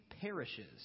perishes